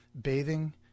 bathing